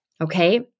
Okay